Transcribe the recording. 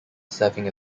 serving